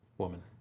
woman